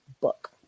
book